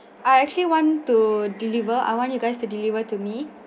I actually want to deliver I want you guys to deliver to me